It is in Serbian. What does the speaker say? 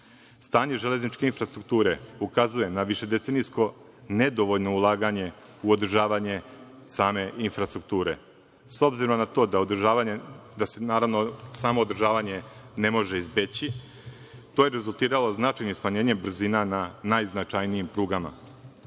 železničke infrastrukture ukazuje na višedecenijsko nedovoljno ulaganje u održavanje same infrastrukture. S obzirom na to da održavanje ne može izbeći, to je rezultiralo značajno smanjenje brzina na najznačajnijim prugama.